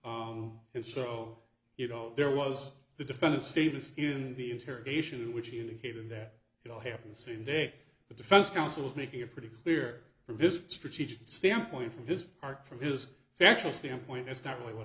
pm and so you know there was the defendant's statements in the interrogation which indicated that it all happened same day the defense counsel was making it pretty clear from his strategic standpoint from his part from his actual standpoint it's not really what